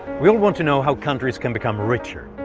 we all want to know how countries can become richer.